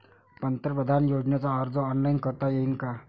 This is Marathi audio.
पंतप्रधान योजनेचा अर्ज ऑनलाईन करता येईन का?